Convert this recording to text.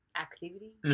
activity